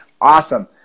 Awesome